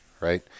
Right